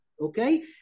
Okay